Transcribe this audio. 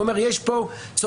והוא אומר: יש פה צורך,